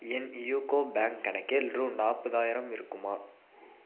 என் UCO Bank கணக்கில் ரூபா நாற்பதாயிரம் இருக்குமா